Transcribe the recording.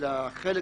לחלק